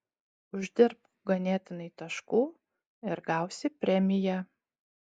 uždirbk ganėtinai taškų ir gausi premiją